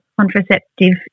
contraceptive